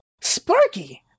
Sparky